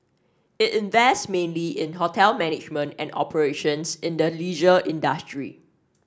it invests mainly in hotel management and operations in the leisure industry